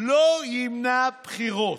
לא ימנע בחירות,